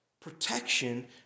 Protection